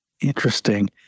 Interesting